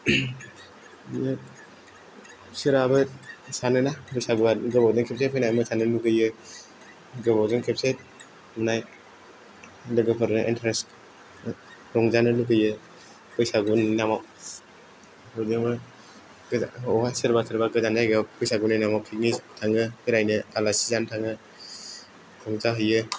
बिदिनो बिसोरहाबो सानोना बैसागुआ गोबावजों खेबसे फैनाय मोसानो लुगैयो गोबावजों खेबसे नुनाय लोगोफोरनो इन्टारेस्ट हमजानो लुगैयो बैसागुनि नामाव बयजोंबो सोरबा सोरबा गोजान जायगायाव बैसागु नायनांगौआ पिकनिक थाङो बेरायनो आलासि जानो थाङो रंजाहैयो